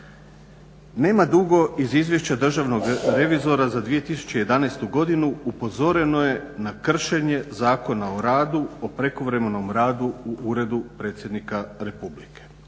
Nema dugo iz Izvješća državnog revizora za 2011. godinu upozoreno je na kršenje Zakona o radu o prekovremenom radu u Uredu predsjednika Republike.